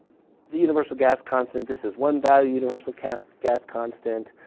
the universal gas constant this is one value universal gas gas constant.